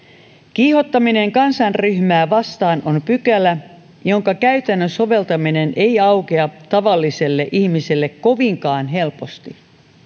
kiihottaminen kansanryhmää vastaan on pykälä jonka käytännön soveltaminen ei aukea tavalliselle ihmiselle kovinkaan helposti